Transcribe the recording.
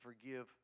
forgive